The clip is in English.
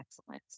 excellence